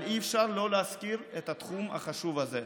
אבל אי-אפשר לא להזכיר את התחום החשוב הזה.